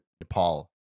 Nepal